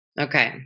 Okay